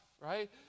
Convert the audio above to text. right